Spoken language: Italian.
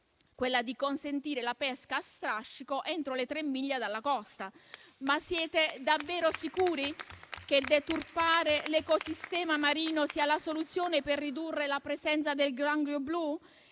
quella di consentire la pesca a strascico entro tre miglia dalla costa. Ma siete davvero sicuri che deturpare l'ecosistema marino sia la soluzione per ridurre la presenza del granchio blu?